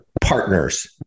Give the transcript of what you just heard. partners